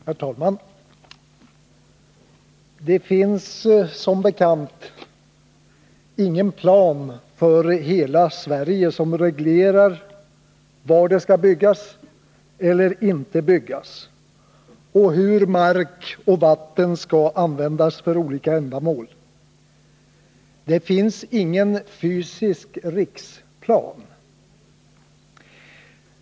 Herr talman! Det finns som bekant ingen plan för hela Sverige som reglerar var det skall byggas eller inte byggas och hur mark och vatten skall användas för olika ändamål — det finns ingen fysisk riksplan.